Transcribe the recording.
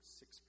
six